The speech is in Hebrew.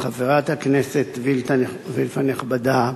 חברת הכנסת וילף הנכבדה,